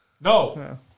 No